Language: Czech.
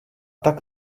tak